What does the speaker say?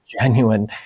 Genuine